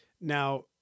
Now